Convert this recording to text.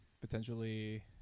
potentially